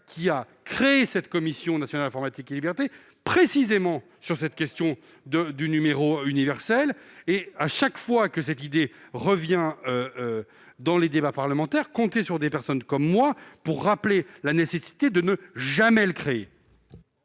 ans, a créé la Commission nationale de l'informatique et des libertés, c'est précisément sur cette question du numéro universel. À chaque fois que cette idée revient dans les débats parlementaires, comptez sur des personnes comme moi pour rappeler la nécessité de ne jamais y faire